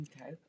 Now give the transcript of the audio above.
Okay